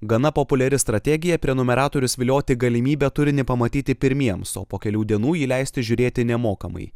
gana populiari strategija prenumeratorius vilioti galimybe turinį pamatyti pirmiems o po kelių dienų jį leisti žiūrėti nemokamai